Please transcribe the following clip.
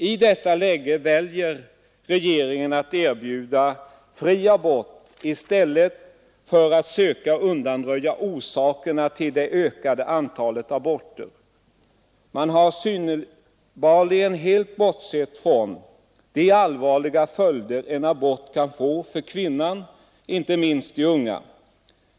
I detta läge väljer regeringen att erbjuda nära nog fri abort i stället för att söka undanröja orsakerna till det ökande antalet aborter. Man har synbarligen helt bortsett från de allvarliga följder en abort kan få för kvinnan, inte minst den unga.